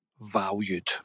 valued